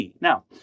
Now